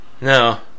No